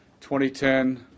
2010